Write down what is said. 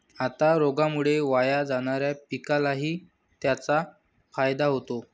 आता रोगामुळे वाया जाणाऱ्या पिकालाही त्याचा फायदा होतो